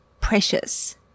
precious